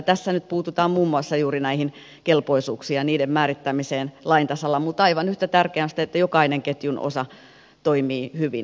tässä nyt puututaan muun muassa juuri näihin kelpoisuuksiin ja niiden määrittämiseen lain tasolla mutta aivan yhtä tärkeää on se että jokainen ketjun osa toimii hyvin